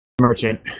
merchant